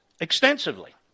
extensively